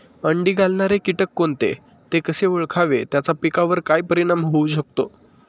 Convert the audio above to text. अंडी घालणारे किटक कोणते, ते कसे ओळखावे त्याचा पिकावर काय परिणाम होऊ शकतो?